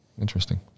interesting